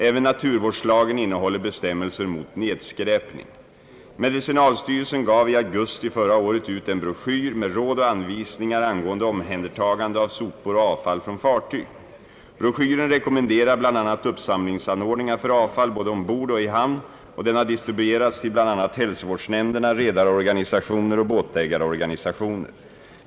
Även naturvårdslagen innehåller bestämmelser mot nedskräpning. Medicinalstyrelsen gav i augusti förra året ut en broschyr med råd och anvisningar angående omhändertagande av sopor och avfall från fartyg. Broschyren rekommenderar bl.a. uppsamlingsanordningar för avfall både ombord och i hamn, och den har distribuerats till bl.a. hälsovårdsnämnderna, redarorganisationer och båtägarorganisationer.